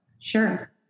Sure